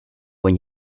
when